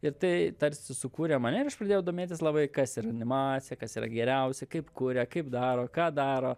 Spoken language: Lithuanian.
ir tai tarsi sukūrė mane ir aš pradėjau domėtis labai kas yra animacija kas yra geriausi kaip kuria kaip daro ką daro